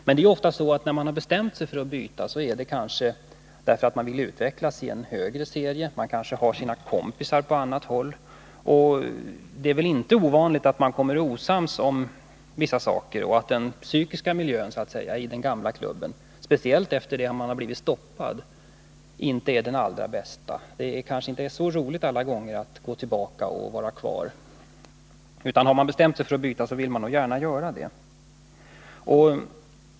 Men det är ofta så att när man bestämt sig för att byta är det kanske därför att man vill utvecklas i en högre serie. Man kanske har sina kompisar på annat håll, och det är väl inte ovanligt att man kommer osams om vissa saker och att så att säga den psykiska miljön i den gamla klubben, speciellt efter det att man blivit stoppad, inte är den allra bästa. Det är kanske inte så roligt alla gånger att gå tillbaka och vara kvar, utan har man bestämt sig för att byta vill man nog gärna göra det.